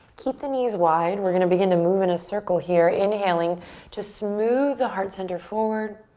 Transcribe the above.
keep the knees wide. we're gonna begin to move in a circle here, inhaling to smooth the heart center forward.